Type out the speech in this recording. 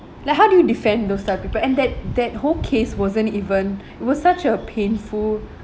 like how do you defend those type of people and that that whole case wasn't even it was such a painful